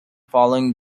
following